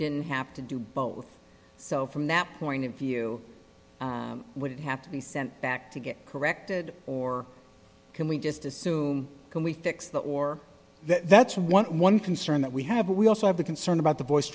didn't have to do both so from that point of view would it have to be sent back to get corrected or can we just assume can we fix the or that's one concern that we have but we also have the concern about the